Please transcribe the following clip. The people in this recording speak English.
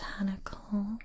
botanical